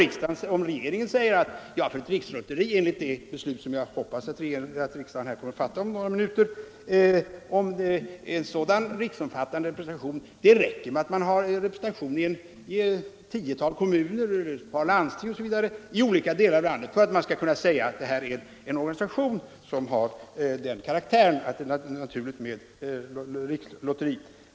Kanske regeringen säger att för att få anordna ett rikslotteri enligt det beslut som jag hoppas att riksdagen kommer att fatta om några minuter behöver representationen inte vara så riksomfattande. Det räcker med en representation i ett tiotal kommuner, i ett par landsting osv., i olika delar av landet för att man skall kunna säga att en organisation har den karaktären att det är naturligt med rikslotteri.